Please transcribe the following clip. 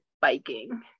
biking